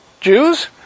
Jews